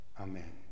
Amen